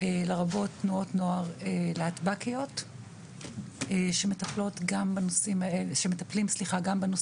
לרבות תנועות נוער להטב"קיות שמטפלים גם בנושאים האלה